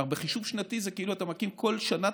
בחישוב שנתי זה כאילו אתה מקים בכל שנה